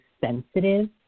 sensitive